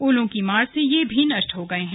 ओलों की मार से ये भी नेष्ट हो गये हैं